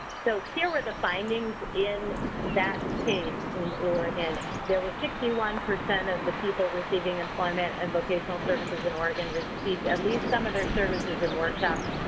so, here were the findings in that case in oregon. there was sixty one percent of the people receiving employment and vocational services in oregon received at least some of their services in workshop,